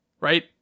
right